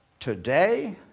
today,